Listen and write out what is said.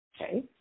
Okay